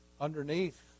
underneath